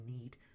need